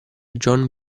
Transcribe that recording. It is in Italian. john